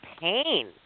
pain